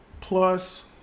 plus